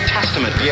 Testament